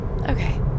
okay